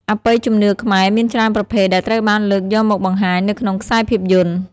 អបិយជំនឿខ្មែរមានច្រើនប្រភេទដែលត្រូវបានលើកយកមកបង្ហាញនៅក្នុងខ្សែភាពយន្ត។